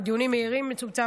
והדיונים המהירים זה מצומצם,